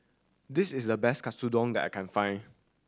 this is the best Katsudon that I can find